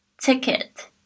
ticket